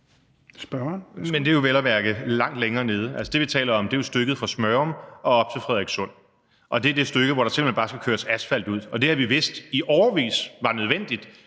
(DF): Men det er jo vel at mærke langt længere nede. Det, vi taler om, er stykket fra Smørum og op til Frederikssund, og det er det stykke, hvor der simpelt hen bare skal køres asfalt ud. Det har vi vidst i årevis var nødvendigt.